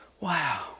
Wow